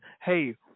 hey